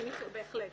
בהחלט.